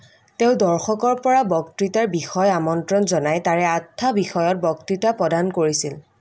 তেওঁ দৰ্শকৰ পৰা বক্তৃতাৰ বিষয় আমন্ত্ৰণ জনাই তাৰে আঠটা বিষয়ত বক্তৃতা প্ৰদান কৰিছিল